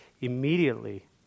immediately